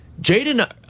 Jaden